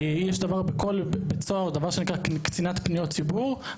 בכל בית סוהר יש קצינת פניות ציבור.